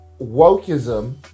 wokeism